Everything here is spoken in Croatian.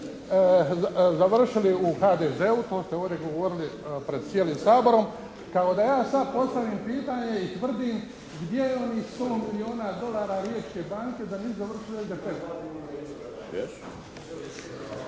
završili u HDZ-u, to ste ovdje govorili pred cijelim Saborom, kao da ja sada postavim pitanje i tvrdim gdje je onih 100 milijuna dolara Riječke banke, da nisu završili u